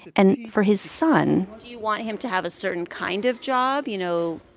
and for his son. do you want him to have a certain kind of job, you know.